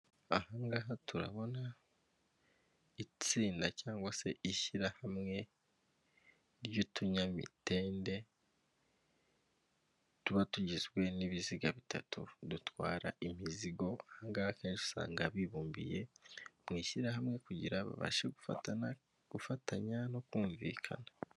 Aha ngaha turabona itsinda cyangwa se ishyirahamwe ry'utunyamitende tuba tugizwe n'ibiziga bitatu dutwara imizigo, aha ngaha kenshi usanga bibumbiye mu ishyirahamwe kugira babashe gufatanya no kumvikana.